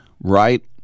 right